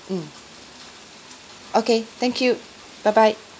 mm okay thank you bye bye